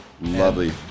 lovely